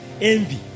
envy